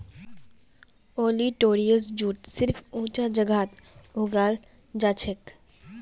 olitorius jute सिर्फ ऊंचा जगहत उगाल जाछेक